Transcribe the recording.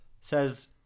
says